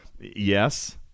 Yes